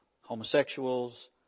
homosexuals